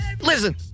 listen